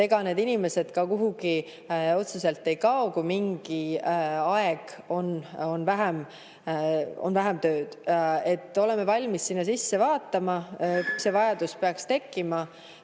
Ega need inimesed [sektorist] kuhugi otseselt ei kao, kui mingi aeg on vähem tööd. Oleme valmis sinna sisse vaatama ja kui see vajadus peaks tekkima,